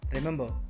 Remember